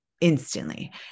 instantly